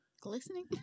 Glistening